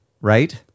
right